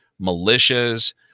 militias